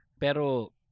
Pero